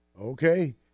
Okay